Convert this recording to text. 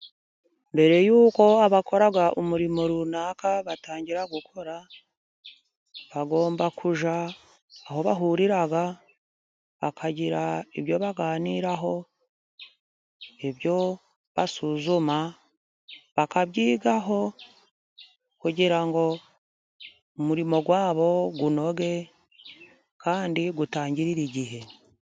Mbere yuko abakora umurimo runaka batangira gukora, bagomba kujya aho bahurira bakagira ibyo baganiraho, ibyo basuzuma bakabyigaho kugira ngo umurimo wabo unoge kandi utangirire igihe.